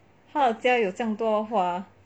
他的家有这样多花